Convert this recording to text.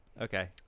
okay